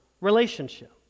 relationship